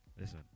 listen